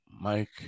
Mike